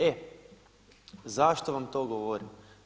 E zašto vam to govorim?